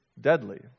deadly